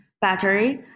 battery